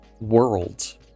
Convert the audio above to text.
worlds